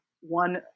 one